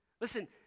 Listen